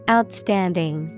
Outstanding